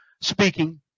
speaking